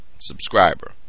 subscriber